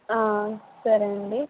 సరే అండి